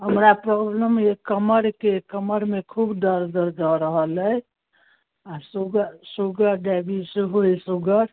हमरा प्रॉब्लम अइ कमरके कमरमे खूब दर्द भऽ रहल अइ आओर सुगर सुगर डायबिटीज सेहो अइ सुगर